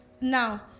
now